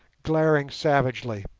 glaring savagely.